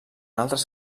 altres